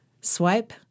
swipe